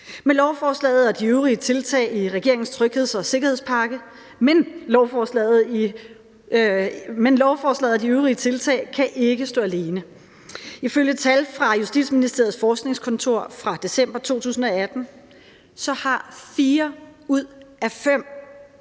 Men lovforslaget og de øvrige tiltag i regeringens trygheds- og sikkerhedspakke kan ikke stå alene. Ifølge tal fra Justitsministeriets forskningskontor fra december 2018 har fire ud af fem